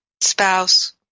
spouse